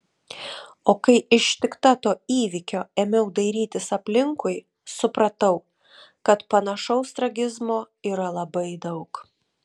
o kai ištikta to įvykio ėmiau dairytis aplinkui supratau kad panašaus tragizmo yra labai daug